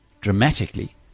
dramatically